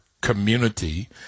community